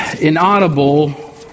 inaudible